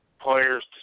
players